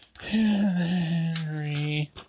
henry